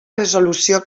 resolució